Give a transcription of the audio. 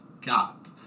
gap